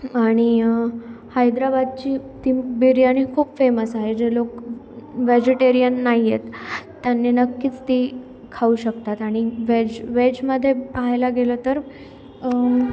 आणि हैद्रबादची ती बिर्याणी खूप फेमस आहे जे लोक व्हेजिटेरियन नाही आहेत त्यांनी नक्कीच ती खाऊ शकतात आणि व्हेज व्हेजमध्ये पाहायला गेलं तर